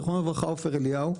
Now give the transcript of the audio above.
עופר אליהו,